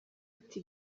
ati